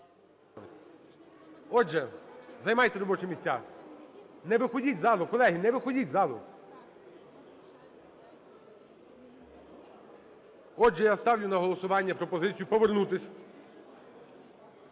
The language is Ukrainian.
Отже, займайте робочі місця, не виходіть з залу, колеги, не виходіть з залу. Отже, я ставлю на голосування пропозицію повернутися